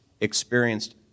experienced